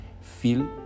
feel